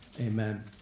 Amen